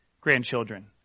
grandchildren